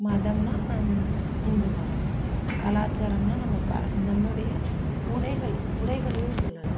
மதம்னா இந்து மதம் கலாச்சாரம்னா நம்ம இப்போ நம்மளுடைய உடைகள் உடைகளையும் சொல்லலாம்